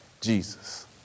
Jesus